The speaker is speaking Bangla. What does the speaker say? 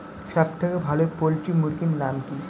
সবথেকে ভালো পোল্ট্রি মুরগির নাম কি?